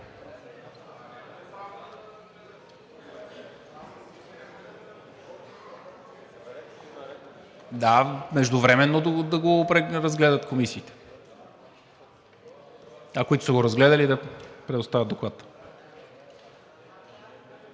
Да, междувременно да го разгледат комисиите, а които са го разгледали, да представят доклад.